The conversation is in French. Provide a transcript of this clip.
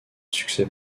succès